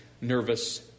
nervous